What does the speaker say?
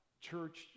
church